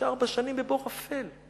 שארבע שנים בבור אפל?